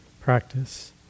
practice